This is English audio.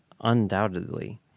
Undoubtedly